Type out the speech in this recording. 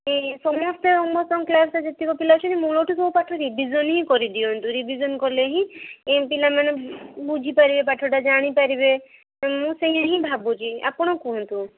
ଏଇ ସମସ୍ତେ ସମସ୍ତଙ୍କ କ୍ଲାସ୍ ରେ ଯେତିକ ପିଲା ଅଛନ୍ତି ମୂଳଠୁ ସବୁପାଠ ରିଭିଜନ୍ ହିଁ କରିଦିଅନ୍ତୁ ରିଭିଜନ୍ କଲେ ହିଁ ଏଇ ପିଲାମାନେ ବୁଝିପାରିବେ ପାଠଟା ଜାଣିପାରିବେ ମୁଁ ସେୟାହିଁ ଭାବୁଛି ଆପଣ କୁହନ୍ତୁ